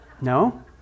No